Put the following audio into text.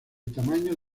tamaño